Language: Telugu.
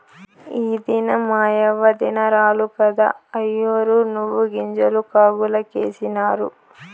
ఈ దినం మాయవ్వ దినారాలు కదా, అయ్యోరు నువ్వుగింజలు కాగులకేసినారు